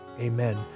amen